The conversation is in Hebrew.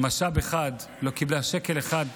משאב אחד, לא קיבלה שקל אחד,